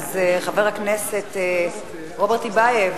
חבר הכנסת רוברט טיבייב,